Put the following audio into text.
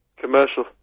Commercial